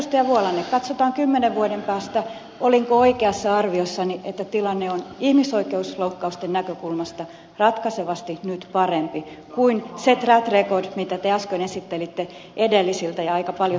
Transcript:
vuolanne katsotaan kymmenen vuoden päästä olinko oikeassa arviossani että tilanne on ihmisoikeusloukkausten näkökulmasta ratkaisevasti nyt parempi kuin se track record mitä te äsken esittelitte edellisiltä ja aika paljon sosialidemokraattisilta kausilta